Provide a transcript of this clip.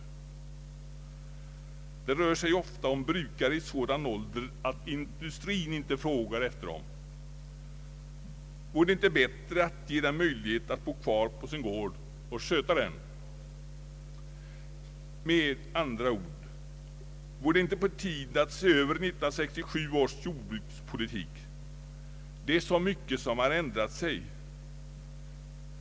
Det rör sig ju ofta om brukare i sådan ålder att industrin inte frågar efter dem. Vore det inte bättre att ge dem möjlighet att bo kvar på sina gårdar och sköta dem? Med andra ord: Vore det inte på tiden att se över 1967 års jordbrukspolitik? Det är så mycket som har ändrat sig.